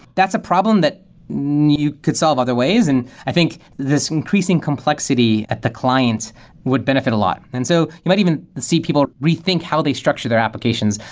that's a problem that you could solve other ways. and i think this increasing complexity at the client would benefit a lot and so you might even see people rethink how they structure their applications.